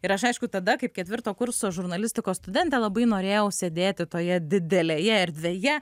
ir aš aišku tada kaip ketvirto kurso žurnalistikos studentė labai norėjau sėdėti toje didelėje erdvėje